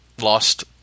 lost